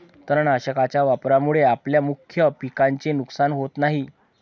तणनाशकाच्या वापरामुळे आपल्या मुख्य पिकाचे नुकसान होत नाही